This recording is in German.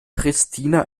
pristina